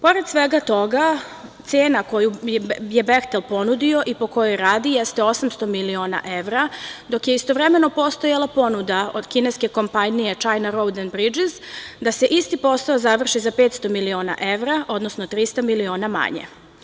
Pored svega toga, cena koju je "Behtel" ponudio je 800 miliona evra i po njoj će raditi, dok je istovremeno postojala ponuda od kineske kompanije "Čajna rouden bridžis" da se isti posao završi za 500 miliona evra, odnosno 300 miliona manje.